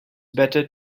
better